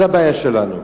זו הבעיה שלנו.